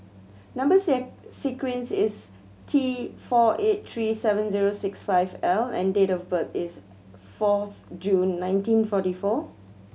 number sequence is T four eight three seven zero six five L and date of birth is fourth June nineteen forty four